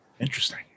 Interesting